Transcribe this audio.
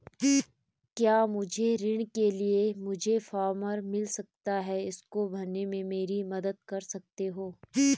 क्या मुझे ऋण के लिए मुझे फार्म मिल सकता है इसको भरने में मेरी मदद कर सकते हो?